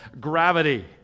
gravity